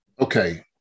Okay